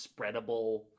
spreadable